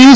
you